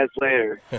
later